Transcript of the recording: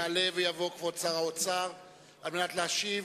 יעלה ויבוא כבוד שר האוצר על מנת להשיב,